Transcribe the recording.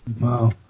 wow